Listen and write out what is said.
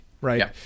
Right